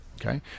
Okay